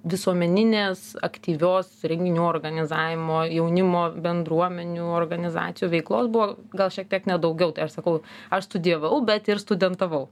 visuomeninės aktyvios renginių organizavimo jaunimo bendruomenių organizacijų veiklos buvo gal šiek tiek net daugiau tai aš sakau aš studijavau bet ir studentavau